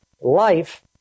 life